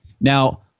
Now